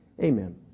amen